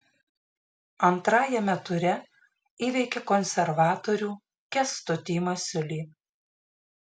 antrajame ture įveikė konservatorių kęstutį masiulį